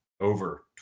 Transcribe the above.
over